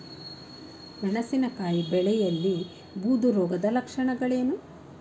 ಮೆಣಸಿನಕಾಯಿ ಬೆಳೆಯಲ್ಲಿ ಬೂದು ರೋಗದ ಲಕ್ಷಣಗಳೇನು?